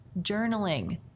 journaling